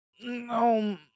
no